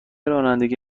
رانندگی